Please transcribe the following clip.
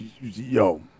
Yo